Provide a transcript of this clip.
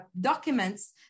documents